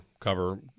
cover